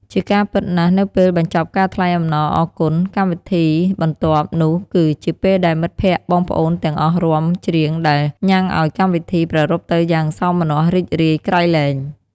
ជាការពិតណាស់ នៅពេលបញ្ចប់ការថ្លែងអំណរអរគុណ កម្មវិធីបន្ទាប់នោះគឺជាពេលដែល មិត្តភ្កតិ បងប្អូនទាំងអស់រាំ ច្រៀងដែលញ៊ាំងឲ្យកម្មវិធីប្រារព្ធទៅយ៉ាងសោមនស្សរីករាយក្រៃលែង។